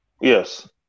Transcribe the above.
Yes